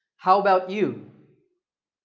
how about you?